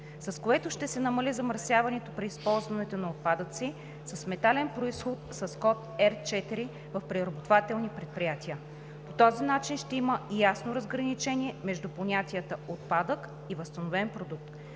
с което ще се намали замърсяването при използването на отпадъци с метален произход с код R4 в преработвателни предприятия. По този начин ще има ясно разграничение между понятията „отпадък“ и „възстановен продукт“.